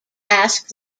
asked